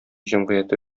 җәмгыяте